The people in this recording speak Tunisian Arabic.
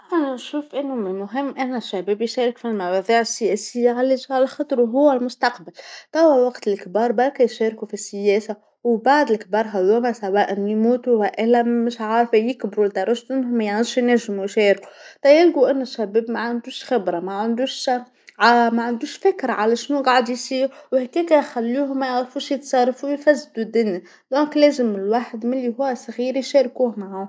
أنا نشوف أن من المهم الشباب يشارك في المواضيع السياسيه، علاش، علاخاطر هو المستقبل، توا وقت الكبار باقي يشاركو في السياسه، وبعض الكبار هاذو هوما سواء يموتو وإلا مش عارفه يكبرو لدرجة أنهم مايعودش ينجمو يشاركو، طيب يمكن أنو الشباب ما عندوش خبره ما عندوش ما عندوش فكره على شناوا قاعد يصير وهكاكا خلوهم ما يعرفوش يتصرفو ويفسدو الدنيا، إذن لازم الواحد وهو صغير يشاركوه معاهم.